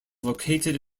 located